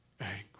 angry